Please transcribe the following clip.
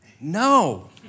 No